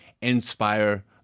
inspire